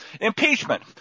Impeachment